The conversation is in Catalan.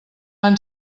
han